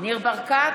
ניר ברקת,